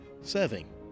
serving